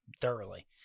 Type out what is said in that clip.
thoroughly